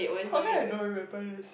how come I don't remember anything